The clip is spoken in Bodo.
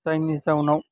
जायनि जाउनाव